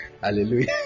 Hallelujah